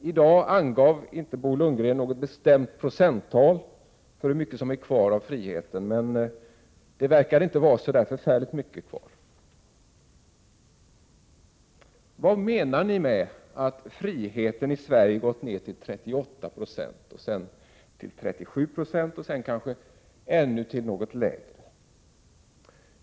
I dag angav inte Bo Lundgren något bestämt 103 procenttal för hur mycket som är kvar av friheten, men det verkade inte vara så förfärligt mycket kvar. Vad menar ni med att friheten i Sverige gått ned till 38 90, sedan till 37 96 och nu kanske till något ännu lägre?